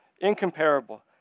incomparable